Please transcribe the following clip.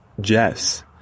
Jess